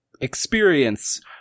experience